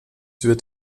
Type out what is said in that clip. wird